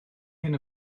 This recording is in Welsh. hyn